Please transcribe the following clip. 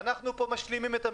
ואנחנו פה משלימים את המדינה,